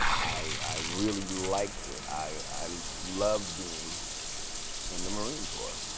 i really liked it. i loved being in the marine corps.